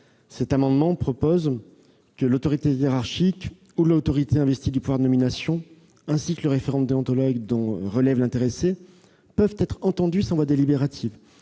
de Belenet propose que l'autorité hiérarchique ou l'autorité investie du pouvoir de nomination, ainsi que le référent déontologue dont relève l'intéressé, puissent, sans voix délibérative,